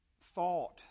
thought